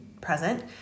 present